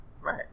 right